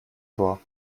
vor